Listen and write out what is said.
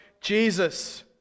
Jesus